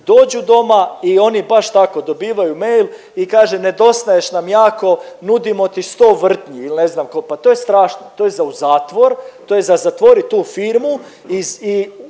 dođu doma i oni baš tako dobivaju mail i kaže nedostaješ nam jako, nudimo ti 100 vrtnji il ne znam ko, pa to je strašno, to je za u zatvor, to je za zatvorit tu firmu i